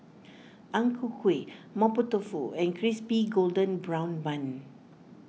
Ang Ku Kueh Mapo Tofu and Crispy Golden Brown Bun